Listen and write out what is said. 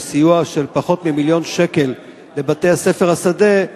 שהוא סיוע של פחות ממיליון שקל לבתי-ספר שדה,